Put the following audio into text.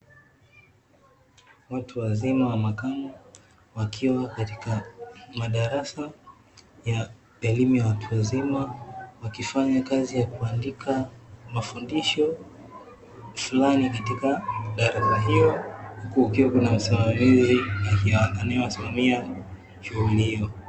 Watu wazima wa makamo, wakiwa katika madarasa ya elimu ya watu wazima, wakifanya kazi ya kubandika mafundisho fulani katika darasa hilo, huku kukiwa na msimamizi anayewasinamia shughuli hiyo.